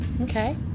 Okay